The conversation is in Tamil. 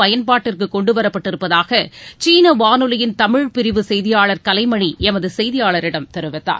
பயன்பாட்டிற்கு கொண்டுவரப்பட்டிருப்பதாக வானொலியின் தமிழ்ப் பிரிவு செய்தியாளர் கலைமணி எமது செய்தியாளரிடம் தெரிவித்தார்